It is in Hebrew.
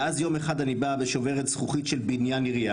ואז יום אחד אני באה ושוברת זכוכית של בניין עירייה,